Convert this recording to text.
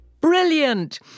Brilliant